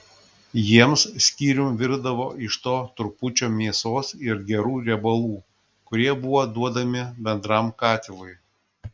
jiems skyrium virdavo iš to trupučio mėsos ir gerų riebalų kurie buvo duodami bendram katilui